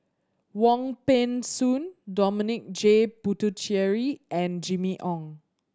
Wong Peng Soon Dominic J Puthucheary and Jimmy Ong